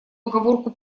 оговорку